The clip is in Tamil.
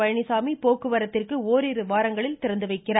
பழனிசாமி போக்குவரத்திற்கு ஓரிரு வாரங்களில் திறந்துவைக்க உள்ளார்